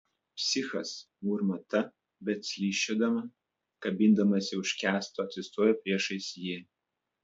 psichas murma ta bet slysčiodama kabindamasi už kęsto atsistoja priešais jį